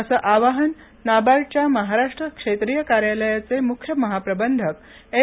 असं आवाहन नाबार्डच्या महाराष्ट्र क्षेत्रिय कार्यालयाचे मुख्य महाप्रबंधक एल